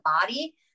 body